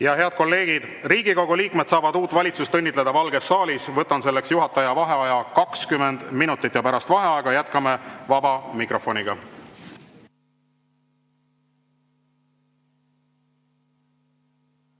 Head kolleegid! Riigikogu liikmed saavad uut valitsust õnnitleda Valges saalis. Võtan selleks juhataja vaheaja 20 minutit. Pärast vaheaega jätkame vaba mikrofoniga.